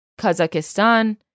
Kazakhstan